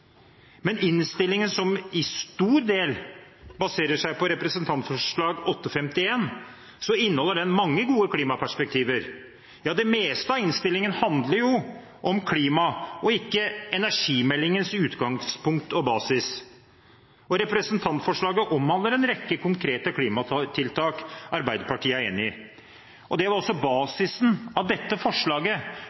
Men innstillingen, som for en stor del baserer seg på representantforslaget Dokument 8:51 S, inneholder mange gode klimaperspektiver. Ja, det meste av innstillingen handler om klima, og ikke energimeldingens utgangspunkt og basis. Representantforslaget omhandler en rekke konkrete klimatiltak Arbeiderpartiet er enig i. Det var også basisen i dette forslaget